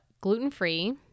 gluten-free